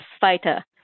fighter